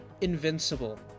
Invincible